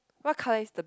what colour is the